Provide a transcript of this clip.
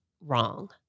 wrong